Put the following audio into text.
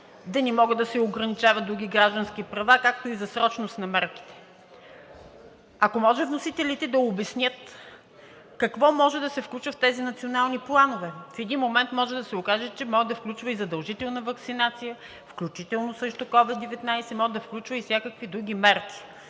да не могат да се ограничават други граждански права, както и за срочност на мерките. Ако може, вносителите да обяснят какво може да се включи в тези национални планове. В един момент може да се окаже, че може да включва и задължителна ваксинация срещу COVID-19, може да включва и всякакви други мерки,